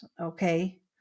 okay